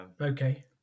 okay